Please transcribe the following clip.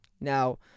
Now